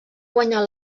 guanyar